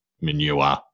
manure